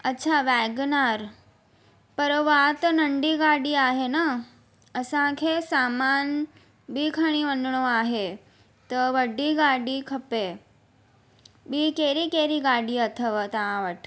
अच्छा वेगनार पर उहा त नंढी गाॾी आहे न असांखे सामान बि खणी वञिणो आहे त वॾी गाॾी खपे ॿी कहिड़ी कहिड़ी गाॾी अथव तव्हां वटि